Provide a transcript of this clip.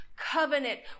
covenant